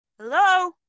hello